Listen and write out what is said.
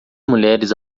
mulheres